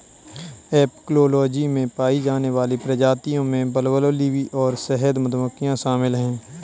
apicology में पाई जाने वाली प्रजातियों में बंबलबी और शहद मधुमक्खियां शामिल हैं